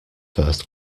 first